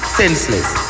senseless